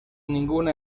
ninguna